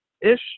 ish